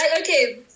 Okay